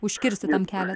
užkirsti tam kelią